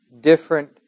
different